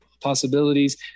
possibilities